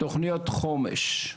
תוכניות חומש,